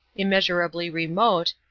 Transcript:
immeasurably remote,